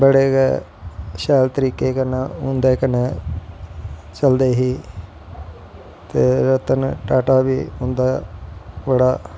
बड़े गै शैल करीके कन्नैं उंदे कन्नैं चलदे हे ते रतन टाटा बी उंदा बड़ा